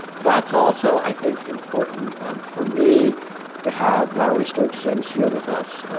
that's also i think, important for me to have lowery stokes sims here with us.